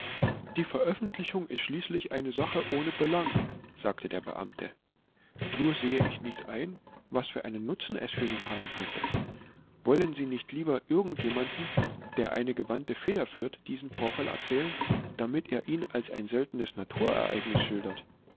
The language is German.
die veröffentlichung ist schließlich eine sache ohne belang sagte der beamte nur sehe ich nicht ein was für einen nutzen es für sie haben könnte wollen sie nicht lieber irgend jemandem der eine gewandte feder führt den vorfall erzählen damit er ihn als ein seltnes naturereignis schildert